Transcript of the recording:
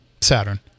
Saturn